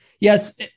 Yes